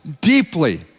deeply